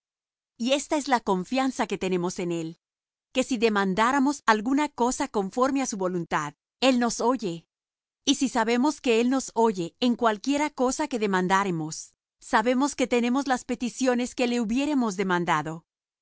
y esta es la confianza que tenemos en él que si demandáremos alguna cosa conforme á su voluntad él nos oye y si sabemos que él nos oye en cualquiera cosa que demandáremos sabemos que tenemos las peticiones que le hubiéremos demandado